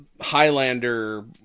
Highlander